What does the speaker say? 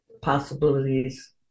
possibilities